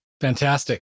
Fantastic